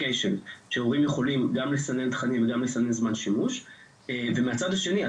שבעצם הורים יכולים גם לסנן תכנים וגם לסנן זמן שימוש ומהצד השני,